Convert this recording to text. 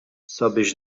sabiex